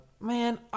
man